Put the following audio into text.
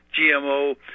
GMO